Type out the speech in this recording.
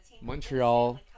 Montreal